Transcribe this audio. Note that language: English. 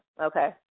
okay